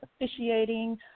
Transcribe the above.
officiating